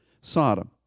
Sodom